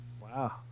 wow